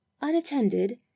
Unattended